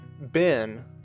Ben